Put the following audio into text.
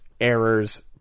errors